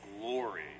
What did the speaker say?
glory